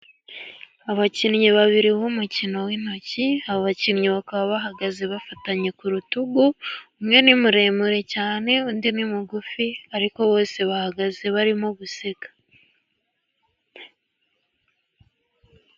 Abakinnyi babiri b'umukino w'intoki. Aba bakinnyi bakaba bahagaze bafatanye ku rutugu, umwe ni muremure cyane undi ni mugufi, ariko bose bahagaze barimo guseka.